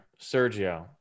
Sergio